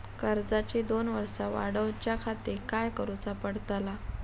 कर्जाची दोन वर्सा वाढवच्याखाती काय करुचा पडताला?